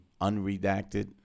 unredacted